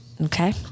Okay